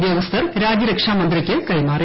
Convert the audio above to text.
ഉദ്ധ്യോഗ്സ്ഥർ രാജ്യരക്ഷാ മന്ത്രിക്ക് കൈമാറി